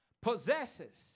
possesses